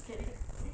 okay